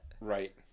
Right